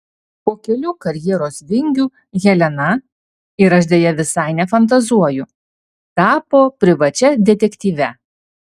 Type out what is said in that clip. po kelių karjeros vingių helena ir aš deja visai nefantazuoju tapo privačia detektyve